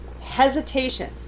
hesitation